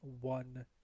one